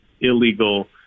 illegal